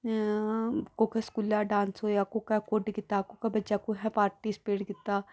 कोह्के स्कूलै दा डांस होआ कोह्के स्कूलै कुड्ड कीता कोह्के बच्चे कुत्थें पार्टिस्पेट कीता